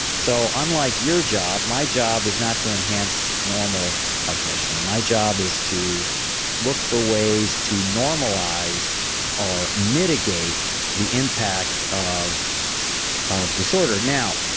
so unlike your job, my job is not to enhance normal cognition, my job is to look for ways to normalize or mitigate the impact of of disorder now,